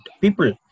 people